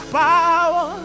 power